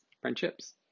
Friendships